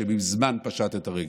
שמזמן פשט את הרגל.